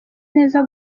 neza